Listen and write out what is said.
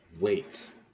wait